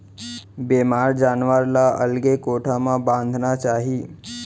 बेमार जानवर ल अलगे कोठा म बांधना चाही